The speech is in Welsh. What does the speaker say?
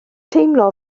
teimlo